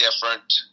different